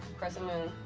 crescent moon,